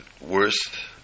worst